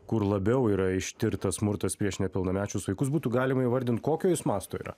kur labiau yra ištirtas smurtas prieš nepilnamečius vaikus būtų galima įvardint kokio jis mąsto yra